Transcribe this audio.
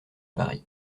paris